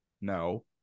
no